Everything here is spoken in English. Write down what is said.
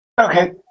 Okay